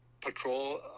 Patrol